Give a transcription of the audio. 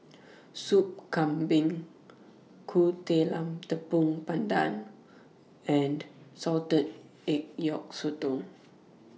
Soup Kambing Kueh Talam Tepong Pandan and Salted Egg Yolk Sotong